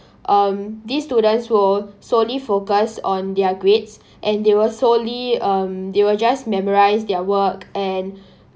um these students were solely focused on their grades and they were solely um they will just memorize their work and